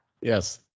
Yes